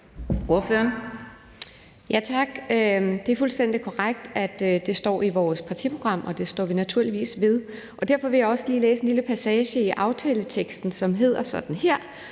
Tak. Det er fuldstændig korrekt, at det står i vores partiprogram, og det står vi naturligvis ved. Derfor vil jeg også lige læse en lille passage fra aftaleteksten, som lyder sådan her: